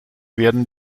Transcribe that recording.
werden